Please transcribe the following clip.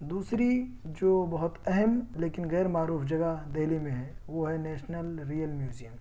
دوسری جو بہت اہم لیکن غیر معروف جگہ دہلی میں ہے وہ ہے نیشنل ریل میوزیم